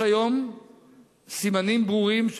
יש היום סימנים ברורים,